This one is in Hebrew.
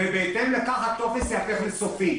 ובהתאם לכך הטופס ייהפך לסופי.